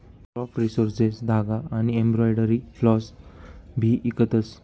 craft resources धागा आनी embroidery floss भी इकतस